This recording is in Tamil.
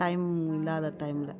டைம் இல்லாத டைமில்